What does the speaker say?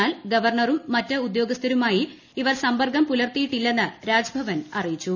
എന്നാൽ ഗവർണറും മറ്റ് ഉദ്യോഗസ്ഥരുമായി ഇവർ സമ്പർക്കം പുലർത്തിയിട്ടില്ലെന്ന് രാജ്ഭവൻ അറിയിച്ചു